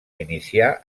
iniciar